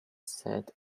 said